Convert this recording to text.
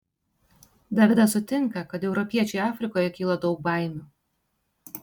davidas sutinka kad europiečiui afrikoje kyla daug baimių